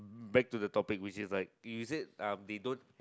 back to the topic which is like you said um they don't